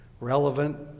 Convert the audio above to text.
Relevant